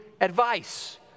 advice